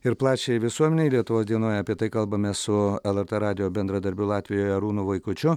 ir plačiajai visuomenei lietuvos dienoje apie tai kalbamės su lrt radijo bendradarbiu latvijoje arūnu vaikučiu